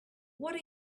what